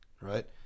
right